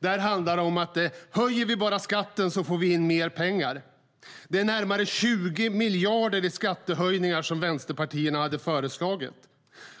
Där handlar det om att höjer vi bara skatten så får vi in mer pengar. Det är närmare 20 miljarder i skattehöjningar som vänsterpartierna hade föreslagit.